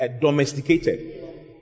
domesticated